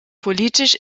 politisch